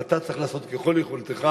ואתה צריך לעשות ככל יכולתך,